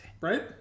Right